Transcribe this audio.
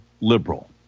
liberal